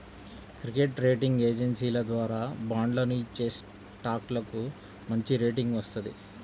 credit rating ఏజెన్సీల ద్వారా బాండ్లను ఇచ్చేస్టాక్లకు మంచిరేటింగ్ వత్తది